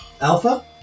Alpha